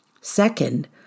Second